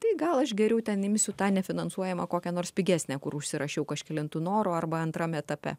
tai gal aš geriau ten imsiu tą nefinansuojamą kokią nors pigesnę kur užsirašiau kažkelintu noru arba antrame etape